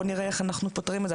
בוא נראה איך אנחנו פותרים את זה,